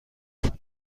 چقدر